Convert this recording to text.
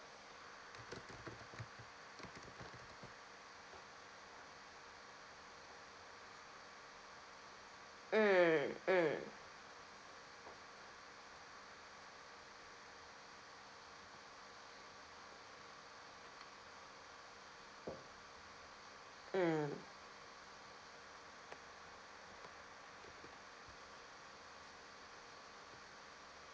mm mm mm